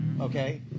Okay